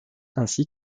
ainsi